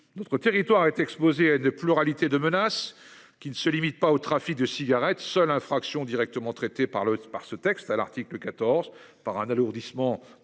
Notre territoire est exposé à une pluralité de menaces qui ne se limite pas au trafic de cigarettes seules infractions directement traité par l'autre par ce texte à l'article 14, par un alourdissement